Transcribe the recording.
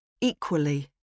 Equally